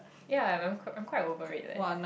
ya and I'm I'm quite over it leh